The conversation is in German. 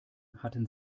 hatten